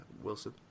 wilson